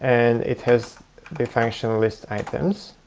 and it has the function list items